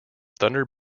thunder